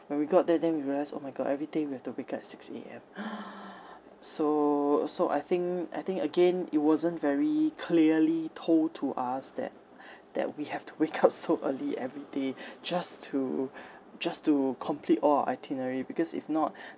when we got there then we realised oh my god every day we have to wake up at six A_M so so I think I think again it wasn't very clearly told to us that that we have to wake up so early every day just to just to complete all our itinerary because if not